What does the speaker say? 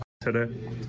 Today